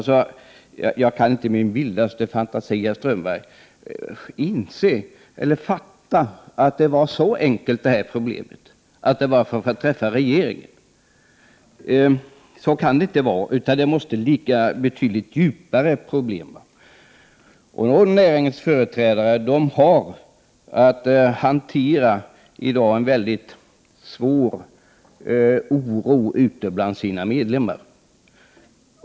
Jag kan inte i min vildaste fantasi, herr Strömberg, fatta att det här problemet är så enkelt att det bara gällde att få träffa regeringen. Så kan det inte vara, utan problemet måste ligga betydligt djupare. Näringens företrädare har i dag att hantera en väldigt svår oro ute bland sina medlemmar.